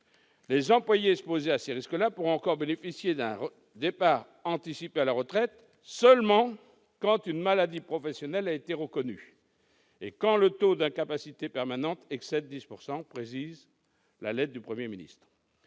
Les salariés exposés à ces risques-là pourront encore bénéficier d'un départ anticipé à la retraite seulement quand « une maladie professionnelle a été reconnue » et quand « le taux d'incapacité permanente excède 10 %», précise la lettre du Premier ministre.